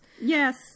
Yes